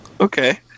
Okay